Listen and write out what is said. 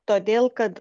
todėl kad